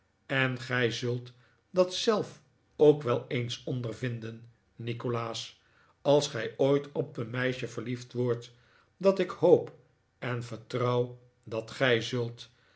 en gij zult dat zelf ook wel eens ondervinden nikolaas als gij ooit op een meisje verliefd wordt wat ik hoop en vertrouw dat gij zult